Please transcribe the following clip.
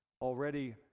already